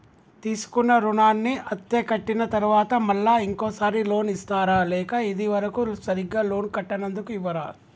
తీసుకున్న రుణాన్ని అత్తే కట్టిన తరువాత మళ్ళా ఇంకో సారి లోన్ ఇస్తారా లేక ఇది వరకు సరిగ్గా లోన్ కట్టనందుకు ఇవ్వరా?